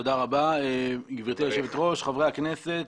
תודה רבה, גברתי היושבת-ראש, חברי הכנסת,